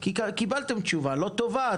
כי קיבלתם תשובה לא טובה,